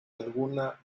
alguna